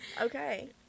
Okay